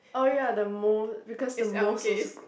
oh ya the mole because the moles so so cute